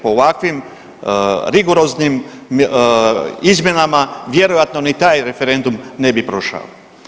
Po ovakvim rigoroznim izmjenama vjerojatno ni taj referendum ne bi prošao.